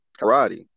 karate